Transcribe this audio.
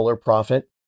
profit